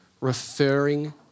referring